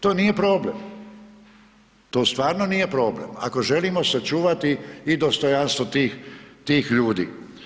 To nije problem, to stvarno nije problem, ako želimo sačuvati i dostojanstvo tih ljudi.